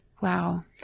Wow